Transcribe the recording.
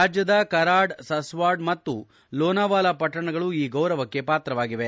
ರಾಜ್ಯದ ಕೆರಾಡ್ ಸಸ್ವಾಡ್ ಮತ್ತು ಲೋನಾವಳ ಪಟ್ಟಣಗಳು ಈ ಗೌರವಕ್ಕೆ ಪಾತ್ರವಾಗಿವೆ